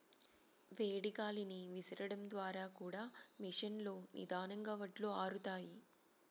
వేడి గాలిని విసరడం ద్వారా కూడా మెషీన్ లో నిదానంగా వడ్లు ఆరుతాయి